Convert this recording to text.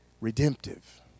redemptive